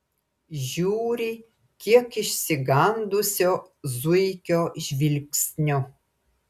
žiūri kiek išsigandusio zuikio žvilgsniu